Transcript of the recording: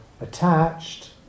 attached